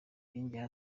yongeyeho